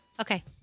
okay